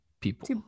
people